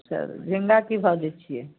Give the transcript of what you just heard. चलू झींगा की भाव दै छियै